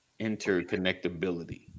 interconnectability